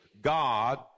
God